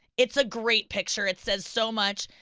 it's a great picture, it says so much.